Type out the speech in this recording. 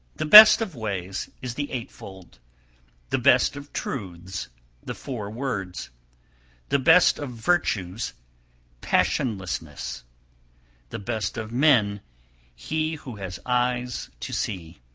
the best of ways is the eightfold the best of truths the four words the best of virtues passionlessness the best of men he who has eyes to see.